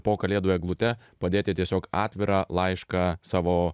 po kalėdų eglute padėti tiesiog atvirą laišką savo